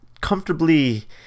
Comfortably